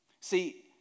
See